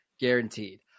guaranteed